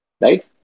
Right